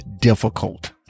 difficult